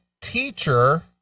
teacher